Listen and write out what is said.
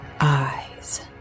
eyes